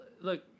Look